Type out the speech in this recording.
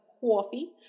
coffee